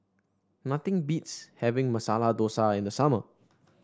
nothing beats having Masala Dosa in the summer